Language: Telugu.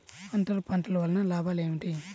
అంతర పంటల వలన లాభాలు ఏమిటి?